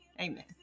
Amen